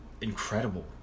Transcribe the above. incredible